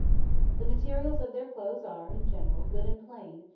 the materials of their clothes are, in general, good and plain,